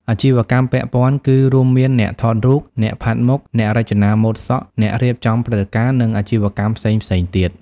អាជីវកម្មពាក់ព័ន្ធ គឺរួមមានអ្នកថតរូប អ្នកផាត់មុខ អ្នករចនាម៉ូដសក់ អ្នករៀបចំព្រឹត្តិការណ៍ និងអាជីវកម្មផ្សេងៗទៀត។